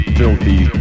filthy